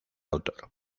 autor